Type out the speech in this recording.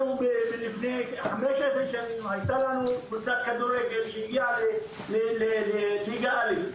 לפני כ-15 שנים הייתה לנו קבוצת כדורגל שהגיעה לליגה א'.